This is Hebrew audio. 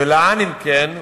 ולאן, אם כן,